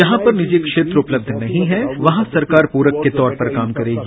जहां पर निजी क्षेत्र उपलब्ध नहीं है वहां सरकार प्ररक के तौर पर काम करेगी